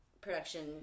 Production